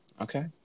Okay